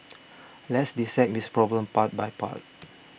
let's dissect this problem part by part